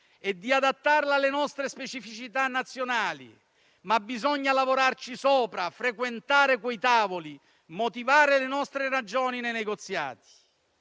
e di adattarli alle nostre specificità nazionali, ma bisogna lavorarci sopra, frequentare quei tavoli e motivare le nostre ragioni nei negoziati.